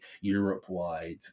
europe-wide